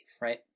right